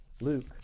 Luke